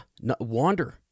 Wander